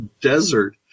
desert